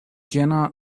jena